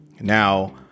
Now